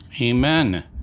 amen